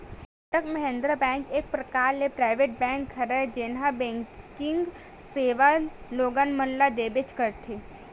Kotak Mahindra bank एक परकार ले पराइवेट बेंक हरय जेनहा बेंकिग सेवा लोगन मन ल देबेंच करथे